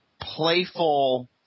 playful –